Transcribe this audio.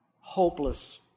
hopeless